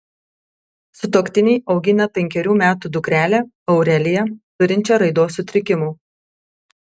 sutuoktiniai augina penkerių metų dukrelę aureliją turinčią raidos sutrikimų